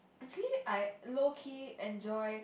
actually I low key enjoy